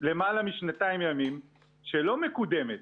למעלה משנתיים ימיים שלא מקודמת,